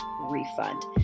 refund